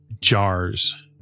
jars